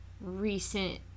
recent